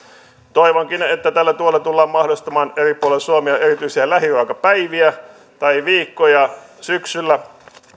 toivonkin että tällä tuella tullaan mahdollistamaan eri puolille suomea erityisiä lähiruokapäiviä tai viikkoja syksyllä